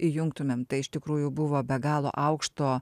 įjungtumėm tai iš tikrųjų buvo be galo aukšto